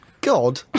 God